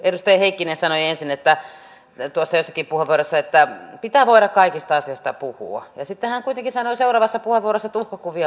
edustaja heikkinen sanoi ensin jossakin puheenvuorossa että pitää voida kaikista asioista puhua ja sitten hän kuitenkin sanoi seuraavassa puheenvuorossa että uhkakuvia maalaillaan